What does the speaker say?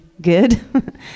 good